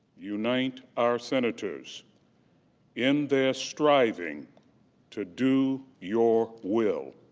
you night our senators in their striving to do your will.